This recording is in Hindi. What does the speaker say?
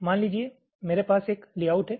मान लीजिए मेरे पास एक लेआउट है